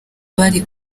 bari